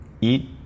eat